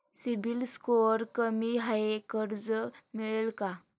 CIBIL score कमी आहे कर्ज मिळेल का?